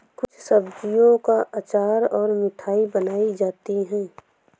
कुछ सब्जियों का अचार और मिठाई बनाई जाती है